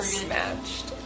smashed